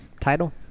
Title